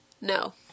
No